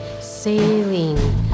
sailing